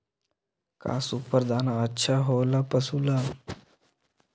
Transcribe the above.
का सुपर दाना अच्छा हो ला पशु ला?